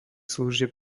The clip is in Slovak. služieb